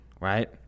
right